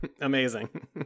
Amazing